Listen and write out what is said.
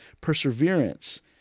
perseverance